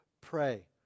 pray